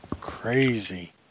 Crazy